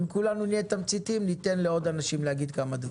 אם כולנו נהיה תמציתיים נוכל לתת לעוד אנשים להגיד כמה דברים.